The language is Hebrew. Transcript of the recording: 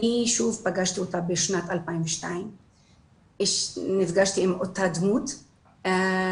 אני שוב פגשתי אותה בשנת 2002. נפגשתי עם אותה דמות אקדמית,